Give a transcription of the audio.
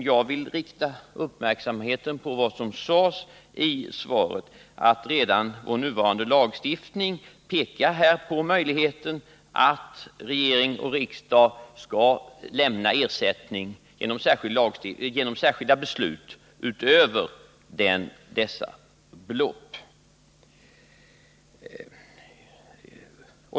Jag vill rikta uppmärksamheten på vad som sägs i svaret, att redan vår nuvarande lagstiftning pekar på möjligheten att regering och riksdag skall lämna ersättning genom 'särskilda beslut utöver detta belopp.